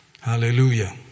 Hallelujah